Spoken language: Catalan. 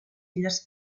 illes